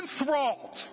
enthralled